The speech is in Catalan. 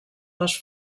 les